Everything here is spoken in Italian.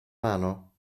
mano